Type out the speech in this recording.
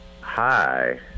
Hi